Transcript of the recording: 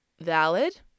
valid